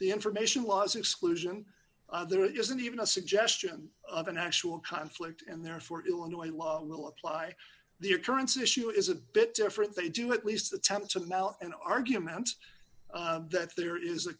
the information laws exclusion there isn't even a suggestion of an actual conflict and therefore illinois law will apply the occurrence issue is a bit different they do at least attempt to now an argument that there is a